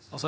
Det